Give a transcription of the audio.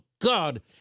God